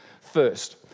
first